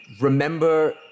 remember